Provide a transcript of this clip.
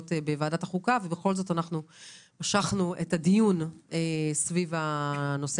בוועדת החוקה אבל בכל זאת משכנו את הדיון סביב הנושא